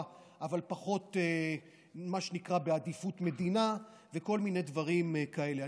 אבל פחות בעדיפות המדינה וכל מיני דברים כאלה.